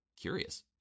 Curious